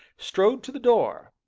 strode to the door.